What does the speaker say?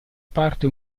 parte